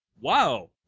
wow